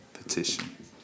petition